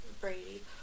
Brady